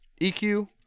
EQ